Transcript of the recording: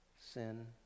sin